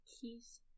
keys